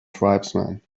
tribesman